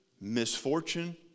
misfortune